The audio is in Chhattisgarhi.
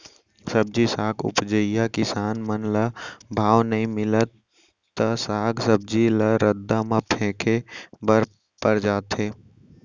सब्जी साग उपजइया किसान मन ल भाव नइ मिलय त साग सब्जी ल रद्दा म फेंके बर पर जाथे